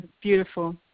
beautiful